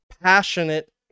Passionate